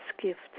gift